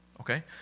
okay